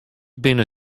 binne